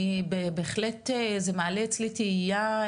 אני בהחלט, זה מעלה אצלי תהייה.